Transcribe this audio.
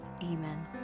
Amen